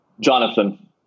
Jonathan